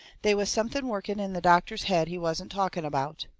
they was something working in the doctor's head he wasn't talking about.